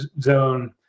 zone